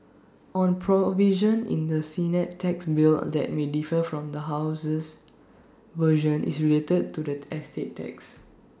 one provision in the Senate tax bill that may differ from the House's version is related to the estate tax